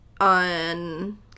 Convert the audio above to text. on